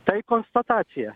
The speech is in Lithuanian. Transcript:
tai konstatacija